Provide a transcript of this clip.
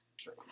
true